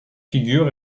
figure